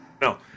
No